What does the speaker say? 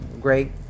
great